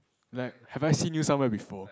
like have I seen you somewhere before